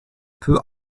peut